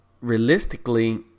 realistically